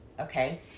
okay